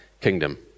kingdom